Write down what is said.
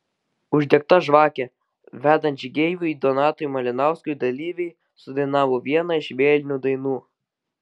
uždegta žvakė vedant žygeiviui donatui malinauskui dalyviai sudainavo vieną iš vėlinių dainų